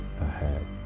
ahead